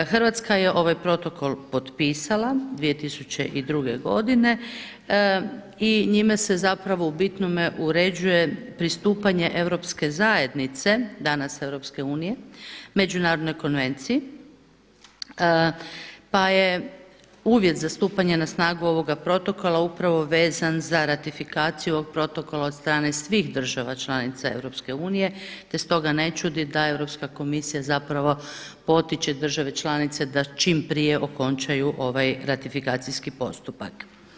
Hrvatska je ovaj Protokol popisala 2002. godine i njime se u bitnome uređuje pristupanje Europske zajednice, danas EU međunarodnoj konvenciji pa je uvjet za stupanje na snagu ovoga Protokola upravo vezan za ratifikaciju ovog Protokola od strane svih država članica EU, te stoga ne čudi da Europska komisija zapravo potiče države članice da čim prije okončaju ovaj ratifikacijski postupak.